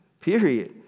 Period